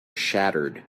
shattered